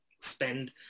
spend